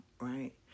right